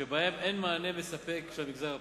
שבהם אין מענה מספק למגזר הפרטי.